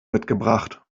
mitgebracht